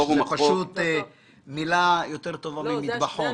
או שזו פשוט מילה יותר טובה ממטבחון?